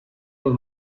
los